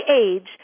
age